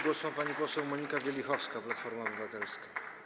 Głos ma pani poseł Monika Wielichowska, Platforma Obywatelska.